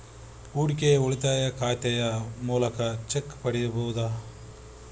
ಹೂಡಿಕೆಯ ಉಳಿತಾಯ ಖಾತೆಯ ಮೂಲಕ ಚೆಕ್ ಪಡೆಯಬಹುದಾ?